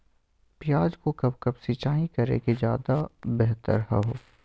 प्याज को कब कब सिंचाई करे कि ज्यादा व्यहतर हहो?